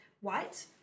white